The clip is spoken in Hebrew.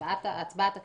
הצבעת הכנסת.